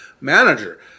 manager